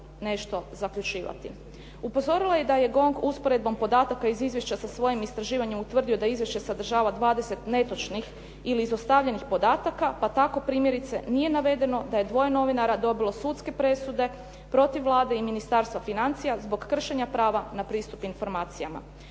nešto zaključivati. Upozorila je da je GONG usporedbom podataka iz izvješća sa svojim istraživanjem utvrdio da izvješće sadržava 20 netočnih ili izostavljenih podataka, pa tako primjerice nije navedeno da je dvoje novinara dobilo sudske presude protiv Vlade i Ministarstva financija zbog kršenja prava na pristup informacijama.